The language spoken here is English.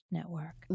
Network